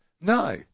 No